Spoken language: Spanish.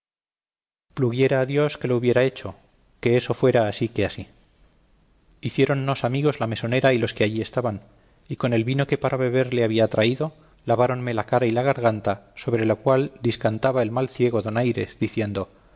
a dios que lo hubiera hecho que eso fuera así que así hiciéronnos amigos la mesonera y los que allí estaban y con el vino que para beber le había traído laváronme la cara y la garganta sobre lo cual discantaba el mal ciego donaires diciendo